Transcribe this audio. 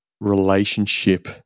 relationship